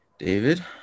David